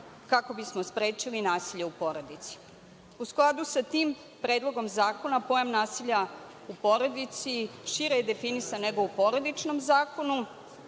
kako bismo sprečili nasilje u porodici.U skladu sa tim Predlogom zakona pojam nasilja u porodici šire je definisan nego u porodičnom zakonu.